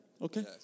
okay